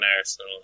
Arsenal